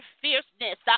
fierceness